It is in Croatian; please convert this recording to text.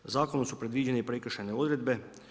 Zakonom su predviđeni i prekršajne odredbe.